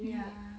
ya